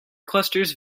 clusters